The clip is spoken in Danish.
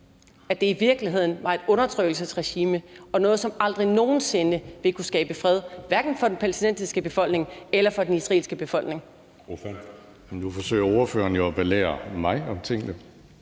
at der i virkeligheden er tale om et undertrykkelsesregime og noget, som aldrig nogen sinde vil kunne skabe fred, hverken for den palæstinensiske befolkning eller for den israelske befolkning? Kl. 19:00 Anden næstformand (Jeppe